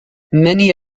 many